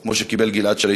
כמו שקיבל גלעד שליט.